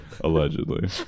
Allegedly